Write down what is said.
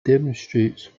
demonstrated